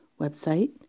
website